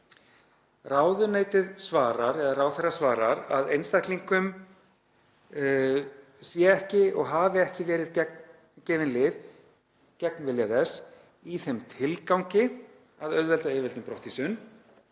Ráðherra svarar að einstaklingum sé ekki og hafi ekki verið gefin lyf gegn vilja þess í þeim tilgangi að auðvelda yfirvöldum brottvísun.